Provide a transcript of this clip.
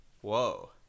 Whoa